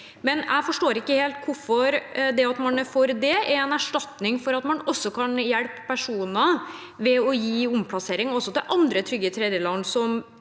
jeg forstår ikke helt hvorfor det at man er for det, er en erstatning for at man kan hjelpe personer ved å gi omplassering også til andre trygge tredjeland